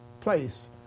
place